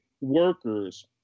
workers